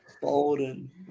Bolden